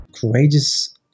Courageous